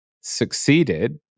succeeded